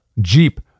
Jeep